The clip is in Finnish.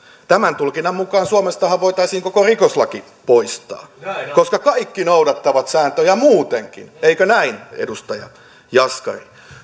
tämän tulkinnan mukaanhan suomesta voitaisiin koko rikoslaki poistaa koska kaikki noudattavat sääntöjä muutenkin eikö näin edustaja jaskari